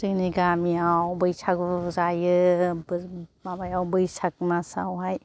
जोंनि गामियाव बैसागु जायो माबायाव बैसाग मासावहाय